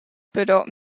però